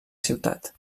ciutat